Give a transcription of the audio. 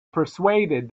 persuaded